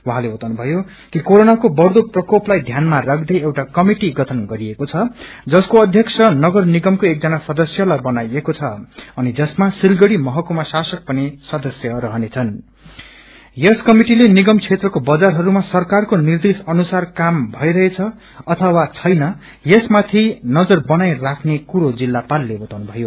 उहाँले बताउनुभयो कि कोरोनाको बढ़दो प्रकोपलाई ध्यानमा राख्दै एउटा क्रमिटा गठन गरिएको छ जसको अध्यक्ष नगर निगम को एकजना सदस्यताई बनाइएको छ अनि जसमा सिलगडी महकुमा शासक पनि सदस्य रहनेछन्नृ यो क्रमिटिले निगम क्षेत्रको बजारहरूमा सरकारको निर्देया अनुसार काम भइरहेछ अथवा छैन यस माथि नजर बनाई राख्ने कुरो जिल्ला शासकले बताउनुभयो